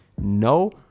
No